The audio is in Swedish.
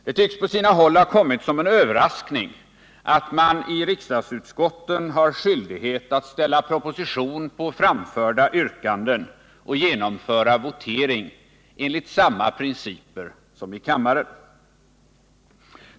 Det tycks på sina håll ha kommit som en överraskning att man i riksdagsutskotten har skyldighet att ställa proposition på framförda yrkanden och genomföra votering enligt samma principer som i kammaren.